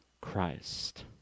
Christ